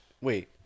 wait